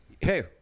Hey